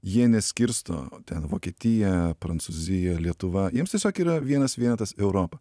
jie neskirsto ten vokietija prancūzija lietuva jiems tiesiog yra vienas vienetas europa